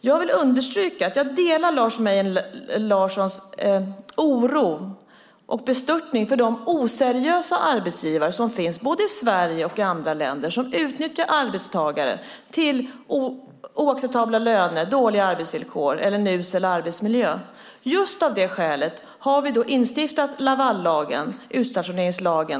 Jag vill understryka att jag delar Lars Mejern Larssons oro för och bestörtning över de oseriösa arbetsgivare som finns både i Sverige och i andra länder och som utnyttjar arbetstagare till oacceptabla löner, dåliga arbetsvillkor eller en usel arbetsmiljö. Just av detta skäl har vi instiftat Lavallagen - utstationeringslagen.